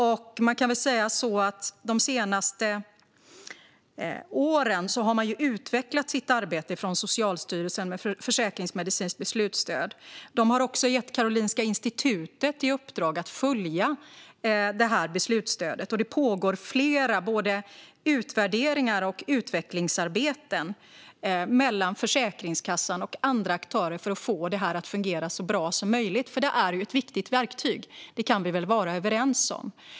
Man kan säga att Socialstyrelsen under de senaste åren har utvecklat sitt arbete med försäkringsmedicinskt beslutsstöd. De har också gett Karolinska institutet i uppdrag att följa detta beslutsstöd. Det pågår också flera utvärderingar och utvecklingsarbeten mellan Försäkringskassan och andra aktörer för att få detta att fungera så bra som möjligt, eftersom det är ett viktigt verktyg. Det kan vi väl vara överens om?